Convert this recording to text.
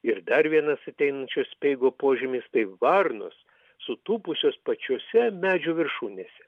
ir dar vienas ateinančio speigo požymis tai varnos sutūpusios pačiose medžių viršūnėse